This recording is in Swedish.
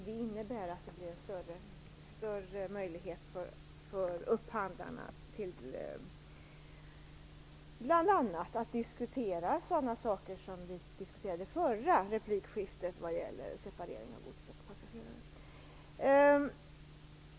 Det innebär att det blir större möjlighet för upphandlarna att diskutera bl.a. sådana saker som vi diskuterade i förra replikskiftet, separering av gods och passagerare.